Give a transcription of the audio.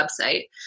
website